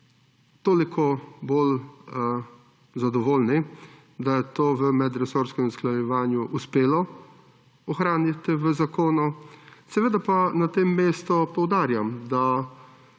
toliko bolj zadovoljni, da se je to v medresorskem usklajevanju uspelo ohraniti v zakonu, seveda pa na tem mestu poudarjam, da